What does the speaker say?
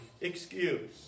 excuse